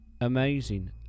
amazing